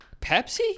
Pepsi